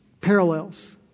Parallels